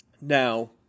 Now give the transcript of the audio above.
Now